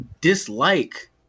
dislike